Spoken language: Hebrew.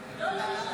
בעד ירון לוי,